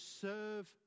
serve